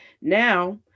Now